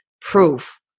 proof